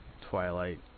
Twilight